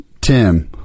Tim